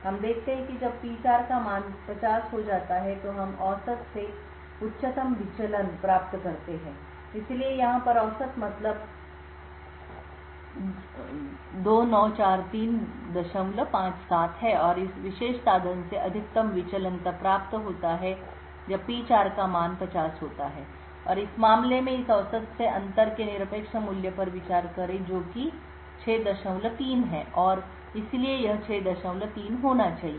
हम देखते हैं कि जब P4 का मान 50 हो जाता है तो हम औसत से उच्चतम विचलन प्राप्त करते हैं इसलिए यहाँ पर औसत मतलब 294357 है और इस विशेष साधन से अधिकतम विचलन तब प्राप्त होता है जब P4 का मान 50 होता है और इस मामले में हम औसत से अंतर के निरपेक्ष मूल्य पर विचार करें जो कि 63 है और इसलिए यह 63 होना चाहिए